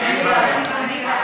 אני בעד.